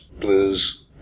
blues